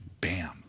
bam